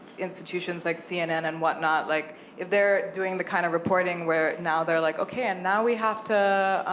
institutions like cnn, and what not, like if they're doing the kind of reporting where now they're like, okay, and now we have to,